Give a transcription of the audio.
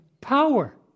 power